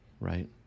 Right